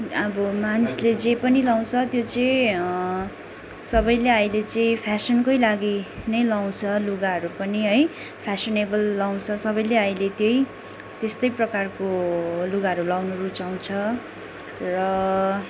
अब मानिसले जे पनि लाउँछ त्यो चाहिँ सबैले अहिले चाहिँ फेसनकै लागि नै लाउँछ लुगाहरू पनि है फेसनेबल लाउँछ सबैले अहिले त्यही त्यस्तै प्रकारको लुगाहरू लाउनु रुचाउँछ र